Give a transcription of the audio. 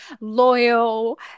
loyal